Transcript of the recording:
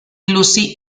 lucy